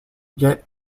yet